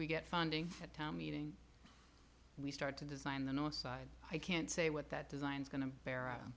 we get funding at town meeting we start to design the north side i can't say what that design is going to barrow